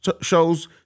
shows